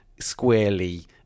squarely